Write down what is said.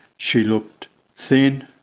she looked thin,